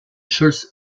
scholz